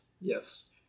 Yes